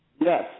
Yes